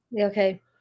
okay